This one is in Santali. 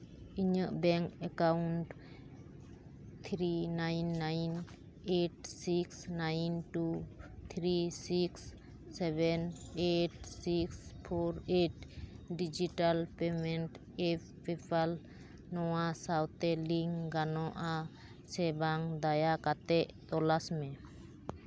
ᱤᱧᱟᱹᱜ bank account three nine nine eight six nine two three six seven eight six four eight digital payment PayPal ᱱᱚᱣᱟ ᱥᱟᱶᱛᱮ ᱞᱤᱝᱠ ᱜᱟᱱᱚᱜᱼᱟ ᱥᱮ ᱵᱟᱝ ᱫᱟᱭᱟ ᱠᱟᱛᱮᱫ ᱛᱚᱞᱟᱥ ᱢᱮ